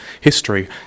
history